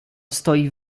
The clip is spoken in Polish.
stoi